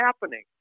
happening